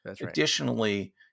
Additionally